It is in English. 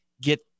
get